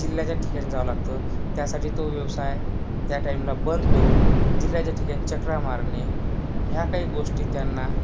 जिल्ह्याच्या ठिकाणी जावं लागतं त्यासाठी तो व्यवसाय त्या टाईमला बंद करून जिल्ह्याच्या ठिकाणी चकरा मारणे ह्या काही गोष्टी त्यांना